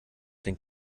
den